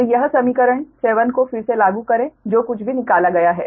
तो अब समीकरण 7 को फिर से लागू करें जो कुछ भी निकाला गया है